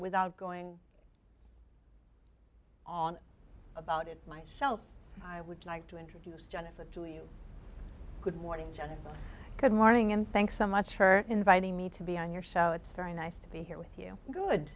without going on about it myself i would like to introduce jennifer to you good morning jennifer good morning and thanks so much for inviting me to be on your show it's very nice to be here with you good